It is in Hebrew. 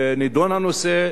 נדון הנושא,